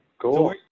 Cool